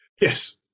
Yes